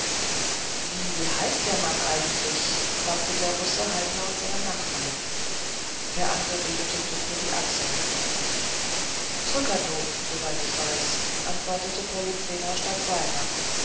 wie heißt der mann eigentlich fragte der russe halblaut seinen nachbar der angeredete zuckte die achseln zrcadlo soviel ich weiß antwortete polyxena statt seiner